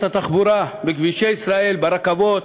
בכבישי ישראל, ברכבות,